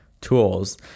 tools